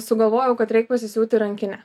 sugalvojau kad reik pasisiūti rankinę